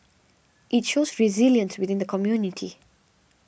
it shows resilience within the community